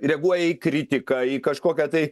reaguoja į kritiką į kažkokią tai